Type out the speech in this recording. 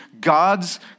god's